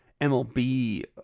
MLB